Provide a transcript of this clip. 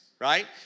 right